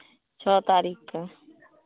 छओ तारीखकेँ